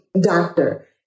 doctor